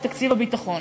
זה תקציב הביטחון.